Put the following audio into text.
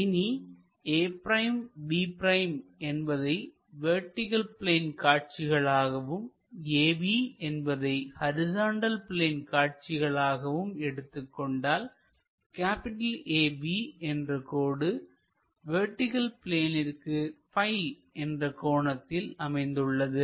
இனி a'b' என்பதை vertical plane காட்சிகளாகவும் ab என்பதை ஹரிசாண்டல் பிளேன் காட்சிகளாகவும் எடுத்துக்கொண்டால் AB என்ற கோடு வெர்டிகள் பிளேனிற்கு ப்பி என்ற கோணத்தில் அமைந்துள்ளது